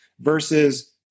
versus